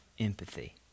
empathy